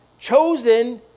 chosen